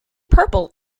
purple